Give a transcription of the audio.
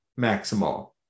Maximal